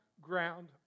ground